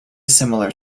similar